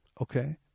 Okay